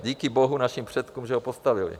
Díky bohu, našim předkům, že ho postavili.